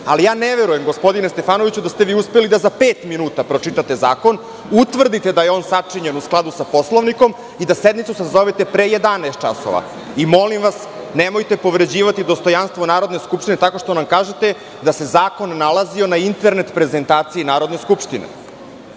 ali ja ne verujem gospodine Stefanoviću da ste vi uspeli da za pet minuta pročitate zakon, utvrdite da je on sačinjen u skladu sa Poslovnikom i da sednicu sazovete pre 11.00 časova. Molim vas, nemojte povređivati dostojanstvo Narodne skupštine tako što nam kažete da se zakon nalazio na internet prezentaciji Narodne skupštine.